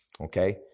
okay